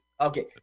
Okay